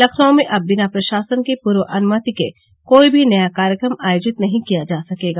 लखनऊ में अब बिना प्रशासन की पूर्व अनुमति के कोई भी नया कार्यक्रम आयोजित नहीं किया जा सकेगा